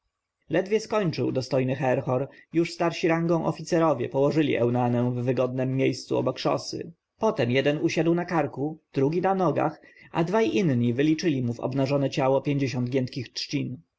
ledwie skończył dostojny herhor już starsi rangą oficerowie położyli eunanę w wygodnem miejscu obok szosy potem jeden usiadł na karku drugi na nogach a dwaj inni wyliczyli mu w obnażone ciało pięćdziesiąt giętkich trzcin